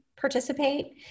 participate